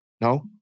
No